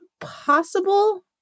Possible